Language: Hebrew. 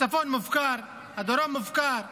הצפון מופקר, הדרום מופקר,